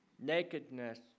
nakedness